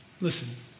Listen